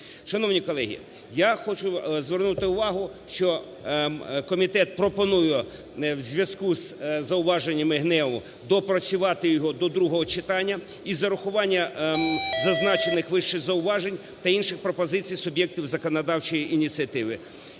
Шановні колеги, я хочу звернути увагу, що комітет пропонує у зв'язку із зауваженнями ГНЕУ доопрацювати його до другого читання і з урахуванням зазначених вище зауважень та інших пропозицій суб'єктів законодавчої ініціативи.